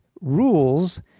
rules